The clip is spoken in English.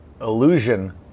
illusion